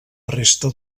resta